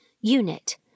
Unit